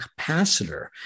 capacitor